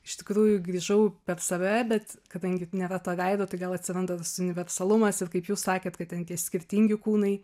iš tikrųjų grįžau per save bet kadangi nėra to veido tai gal atsiranda tas universalumas ir kaip jūs sakėt kad ten skirtingi kūnai